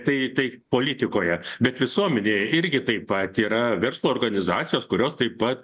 tai tai politikoje bet visuomenėje irgi taip pat yra verslo organizacijos kurios taip pat